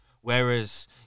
Whereas